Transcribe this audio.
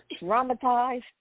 traumatized